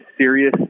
serious